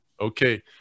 Okay